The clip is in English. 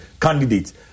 candidates